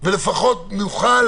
ולפחות נוכל